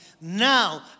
Now